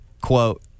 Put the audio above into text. quote